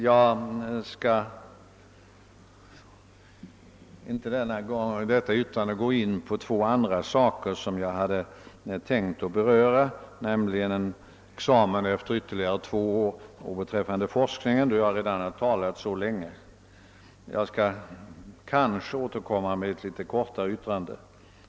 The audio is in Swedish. Jag skall inte i detta yttrande gå in på två andra saker som jag hade tänkt att beröra, nämligen examen efter ytterligare två år och forskningen, då jag redan har talat så länge. Kanske kommer jag åter med ett kortare anförande.